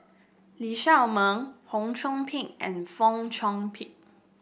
Lee Shao Meng Fong Chong Pik and Fong Chong Pik